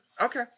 Okay